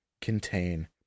Contain